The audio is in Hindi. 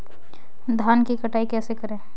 धान की कटाई कैसे करें?